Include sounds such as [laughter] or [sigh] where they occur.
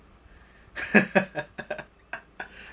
[laughs]